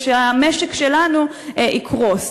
ושהמשק שלנו יקרוס.